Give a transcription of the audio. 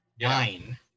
Nine